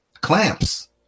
clamps